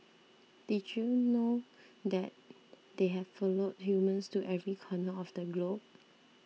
did you know that they have followed humans to every corner of the globe